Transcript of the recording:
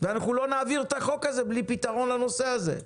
אנחנו לא נעביר את החוק זה בלי פתרון לנושא הזה,